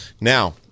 Now